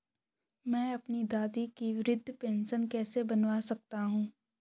मैं अपनी दादी की वृद्ध पेंशन कैसे बनवा सकता हूँ?